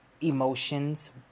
emotions